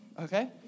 okay